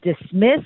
dismiss